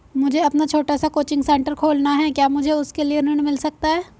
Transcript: मुझे अपना छोटा सा कोचिंग सेंटर खोलना है क्या मुझे उसके लिए ऋण मिल सकता है?